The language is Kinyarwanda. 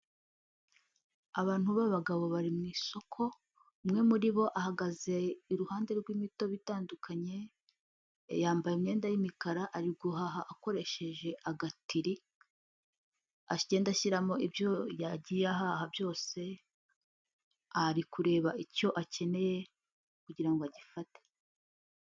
Abantu b'abagabo bari mu isoko, umwe muri bo ahagaze iruhande rw'imitobe itandukanye, yambaye imyenda y'imikara, ari guhaha akoresheje agatiri agenda ashyiramo ibyo yagiye ahaha byose, ari kureba icyo akeneye kugira ngo agifate.